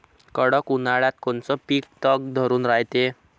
कडक उन्हाळ्यात कोनचं पिकं तग धरून रायते?